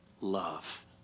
love